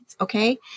Okay